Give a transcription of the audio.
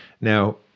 Now